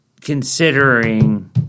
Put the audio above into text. considering